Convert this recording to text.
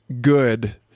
good